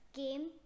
game